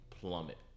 plummet